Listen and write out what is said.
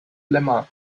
lemma